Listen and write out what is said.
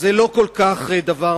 זה לא דבר כל כך מהותי,